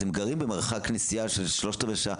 אז הם גרים במרחק נסיעה של 45 דקות,